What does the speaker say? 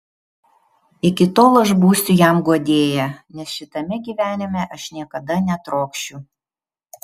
iki tol aš būsiu jam guodėja nes šitame gyvenime aš niekada netrokšiu